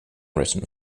written